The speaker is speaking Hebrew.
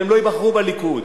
והם לא ייבחרו בליכוד.